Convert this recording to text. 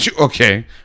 Okay